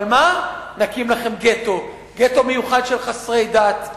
אבל מה, נקים לכם גטו, גטו מיוחד של חסרי דת.